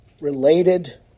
related